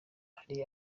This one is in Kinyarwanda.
hari